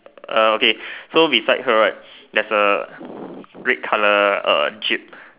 uh okay so beside her right there's a red color uh jeep